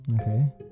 Okay